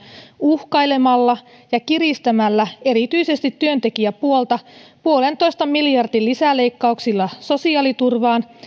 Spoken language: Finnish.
uhkailemalla ja kiristämällä erityisesti työntekijäpuolta yhden pilkku viiden miljardin lisäleikkauksilla sosiaaliturvaan